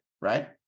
right